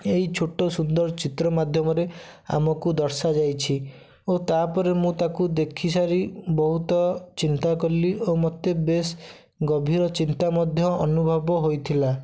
ଏଇ ଛୋଟ ସୁନ୍ଦର ଚିତ୍ର ମାଧ୍ୟମରେ ଆମକୁ ଦର୍ଶା ଯାଇଛି ଓ ତାପରେ ମୁଁ ତାକୁ ଦେଖି ସାରି ବହୁତ ଚିନ୍ତା କଲି ଓ ମୋତେ ବେଶ ଗଭୀର ଚିନ୍ତା ମଧ୍ୟ ଅନୁଭବ ହୋଇଥିଲା